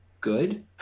good